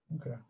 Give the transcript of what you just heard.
Okay